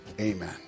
Amen